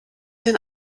den